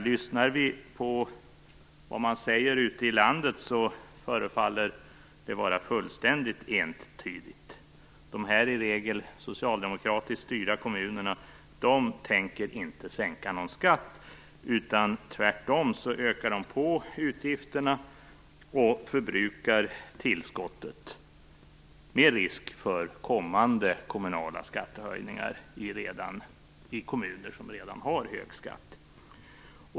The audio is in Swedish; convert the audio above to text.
Lyssnar vi på vad man säger ute i landet förefaller det vara fullständigt entydigt. De i regel socialdemokratiskt styrda kommunerna tänker inte sänka någon skatt, utan tvärtom ökar de på utgifterna och förbrukar tillskottet, med risk för kommande kommunala skattehöjningar i kommuner som redan har hög skatt.